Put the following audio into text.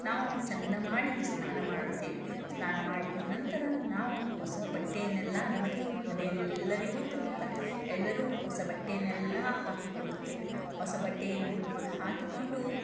ನಾವು ಚಂದಮಾಡಿ ಸ್ನಾನ ಮಾಡುತ್ತೇವೆ ಸ್ನಾನ ಮಾಡಿದ ನಂತರ ನಾವು ಹೊಸ ಬಟ್ಟೆಯನ್ನೆಲ್ಲ ನಮಗೆ ಮನೆಯವರೆಲ್ಲರಿಗೂ ತರುತ್ತಾರೆ ಎಲ್ಲರೂ ಹೊಸ ಬಟ್ಟೆಯನ್ನೆಲ್ಲ ಹಾಕಿಕೊಳ್ಳುತ್ತೇವೆ ಹೊಸ ಬಟ್ಟೆಯನ್ನು ಹಾಕಿಕೊಂಡು